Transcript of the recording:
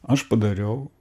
aš padariau